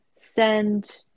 Send